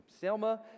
Selma